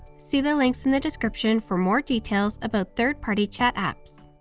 see the links in the description for more details about third-party chat apps.